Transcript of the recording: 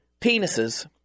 penises